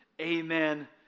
Amen